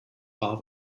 war